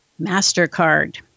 MasterCard